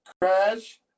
Crash